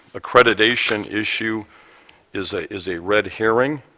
accreditation issue is a is a red herring